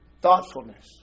thoughtfulness